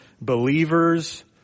believers